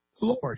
Lord